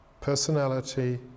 personality